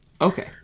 Okay